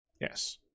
Yes